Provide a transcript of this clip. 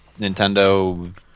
Nintendo